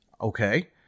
okay